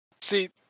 See